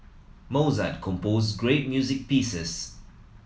Mozart composed great music pieces